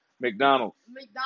McDonald's